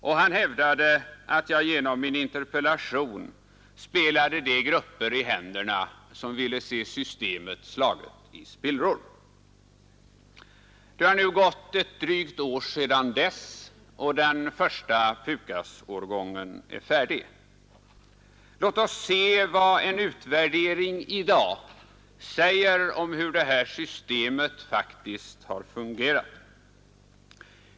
Och han hävdade att jag genom min interpellation spelade de grupper i händerna som ville se systemet slaget i spillror. Det har nu gått ett drygt år sedan dess, och den första PUKAS-årgången är färdig. Låt oss se vad en utvärdering i dag säger om hur detta system faktiskt har fungerat.